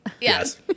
Yes